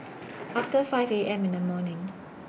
after five A M in The morning